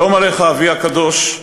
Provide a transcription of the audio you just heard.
שלום עליך, אבי הקדוש,